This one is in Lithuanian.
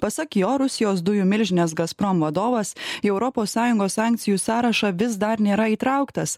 pasak jo rusijos dujų milžinės gazprom vadovas į europos sąjungos sankcijų sąrašą vis dar nėra įtrauktas